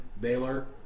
Baylor